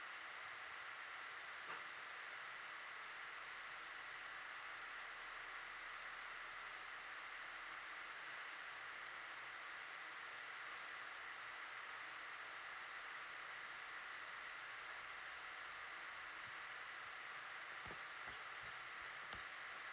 mm